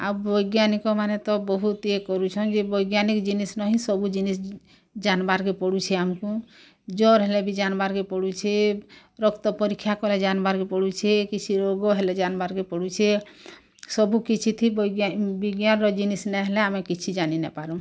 ଆଉ ବୈଜ୍ଞାନିକ ମାନେ ତ ବହୁତ ଏଇ କରୁଛନ୍ ଯେ ବୈଜ୍ଞାନିକ ଜିନିଷ୍ ନାଇଁ ସବୁ ଜିନିଷ୍ ଯାନବାର୍ କେ ପଡୁଛି ଜର୍ ହେଲେ ବି ଯାନବାର୍ କେ ପଡୁଛେ ରକ୍ତ ପରୀକ୍ଷା କରା ଯାନବାର୍ କେ ପଡୁଛି କିଛି ରୋଗ ହେଲେ ଯାନବାର୍ କେ ପଡୁଛେ ସବୁ କିଛି ଥି ବିଜ୍ଞାନ ର ଜିନିଷ୍ ନାଇଁ ହେଲେ ଆମେ କିଛି ଜାନି ନାଇଁ ପାରୁ